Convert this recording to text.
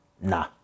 nah